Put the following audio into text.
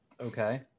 Okay